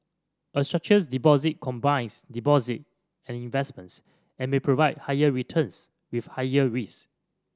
a structured deposit combines deposit and investments and may provide higher returns with higher risk